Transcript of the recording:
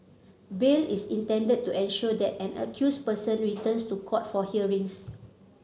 bail is intended to ensure that an accused person returns to court for hearings